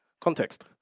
Context